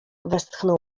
westchnął